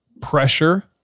pressure